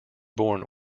born